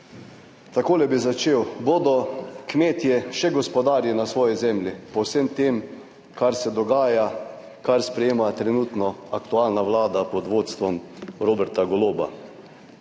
Takole bi začel. Bodo kmetje še gospodarji na svoji zemlji po vsem tem, kar se dogaja, kar sprejema trenutno aktualna Vlada pod vodstvom Roberta Goloba.